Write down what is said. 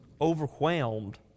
overwhelmed